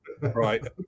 Right